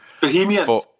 Bohemian